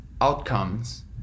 outcomes